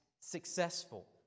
successful